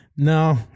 No